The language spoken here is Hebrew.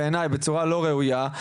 בעיניי בצורה לא ראויה,